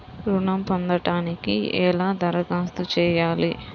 ఋణం పొందటానికి ఎలా దరఖాస్తు చేయాలి?